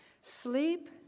Sleep